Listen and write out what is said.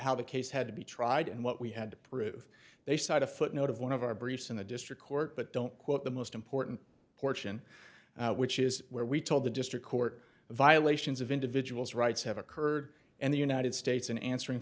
how the case had we tried and what we had to prove they cite a footnote of one of our briefs in the district court but don't quote the most important portion which is where we told the district court the violations of individual's rights have occurred and the united states an answering